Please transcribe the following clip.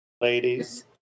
Ladies